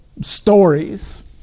stories